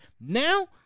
now